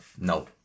no